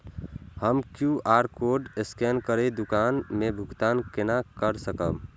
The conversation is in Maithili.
हम क्यू.आर कोड स्कैन करके दुकान में भुगतान केना कर सकब?